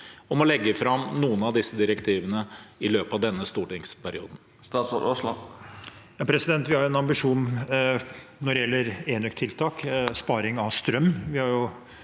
om å legge fram noen av disse direktivene i løpet av denne stortingsperioden?